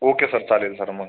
okay sir चालेल sir मग